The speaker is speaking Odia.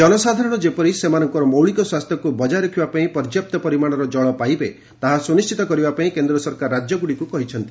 ଜନସାଧାରଣ ଯେପରି ସେମାନଙ୍କର ମୌଳିକ ସ୍ୱାସ୍ଥ୍ୟକୁ ବଜାୟ ରଖିବା ପାଇଁ ପର୍ଯ୍ୟାପ୍ତ ପରିମାଣର ଜଳ ପାଇବେ ତାହା ସୁନିଶ୍ଚିତ କରିବା ପାଇଁ କେନ୍ଦ୍ର ସରକାର ରାଜ୍ୟଗୁଡ଼ିକୁ କହିଛନ୍ତି